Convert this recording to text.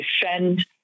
defend